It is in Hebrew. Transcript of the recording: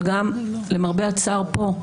אבל גם למרבה הצער פה,